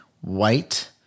White